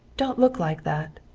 don't look like that!